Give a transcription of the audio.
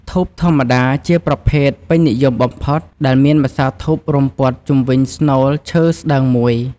ធូបធម្មតា ជាប្រភេទពេញនិយមបំផុត ដែលមានម្សៅធូបរុំព័ទ្ធជុំវិញស្នូលឈើស្តើងមួយ។